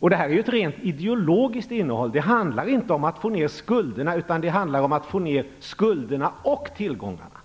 Det är ett rent ideologiskt innehåll. Det handlar inte om att få ned skulderna, utan om att få ned skulderna och tillgångarna.